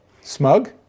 smug